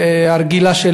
הרגילה.